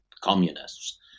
communists